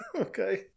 Okay